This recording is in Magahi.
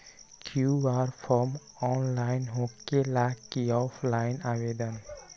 कियु.आर फॉर्म ऑनलाइन होकेला कि ऑफ़ लाइन आवेदन?